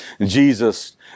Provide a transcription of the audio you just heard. Jesus